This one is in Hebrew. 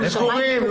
הם סגורים.